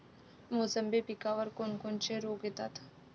मोसंबी पिकावर कोन कोनचे रोग येतात?